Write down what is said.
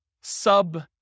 sub